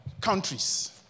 Countries